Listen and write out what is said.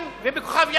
קודם כול,